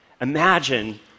Imagine